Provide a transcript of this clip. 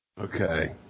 Okay